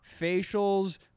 facials